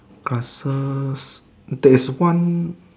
castle there is one